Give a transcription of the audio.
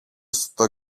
στο